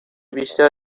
بیشتر